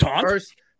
first